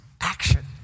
action